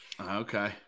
Okay